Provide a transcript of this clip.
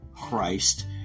Christ